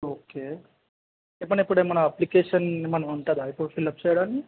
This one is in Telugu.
ఓకే చెప్పండి ఇప్పుడు ఏమన్నా అప్లికేషన్ ఏమన్నా ఉంటదా ఇప్పుడు ఫిల్అప్ చేయడానికి